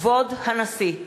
כבוד הנשיא!